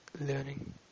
learning